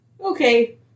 Okay